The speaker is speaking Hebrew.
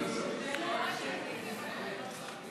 את הצעת חוק לעידוד השקעות הון בחקלאות (תיקון,